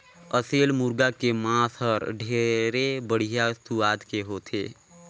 असेल मुरगा के मांस हर ढेरे बड़िहा सुवाद के होथे